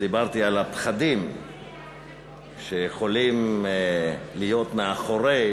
כשדיברתי על הפחדים שיכולים להיות מאחורי